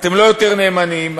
אתם לא יותר נאמנים.